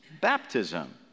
baptism